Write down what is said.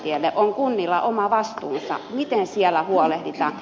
lapintie on kunnilla oma vastuunsa miten siellä huolehditaan